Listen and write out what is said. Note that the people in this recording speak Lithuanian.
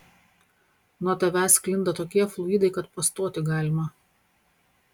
nuo tavęs sklinda tokie fluidai kad pastoti galima